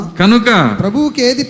kanuka